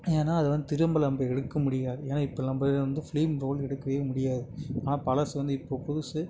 ஏன்னா அது வந்து திரும்ப நம்ப எடுக்கமுடியாது ஏன்னா இப்போ நம்ப இதில் வந்து ஃபிலீம் ரோல் எடுக்கவே முடியாது ஆனால் பழசு வந்து இப்போ புதுசு